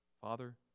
Father